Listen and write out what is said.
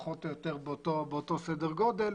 פחות או יותר באותו סדר גודל,